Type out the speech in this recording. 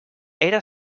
era